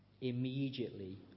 Immediately